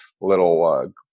little